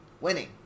winning